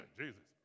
jesus